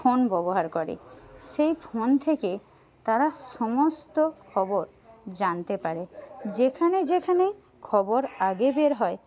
phone ব্যবহার করে সেই ফোন থেকে তারা সমস্ত খবর জানতে পারে যেখানে যেখানে খবর আগে বের হয়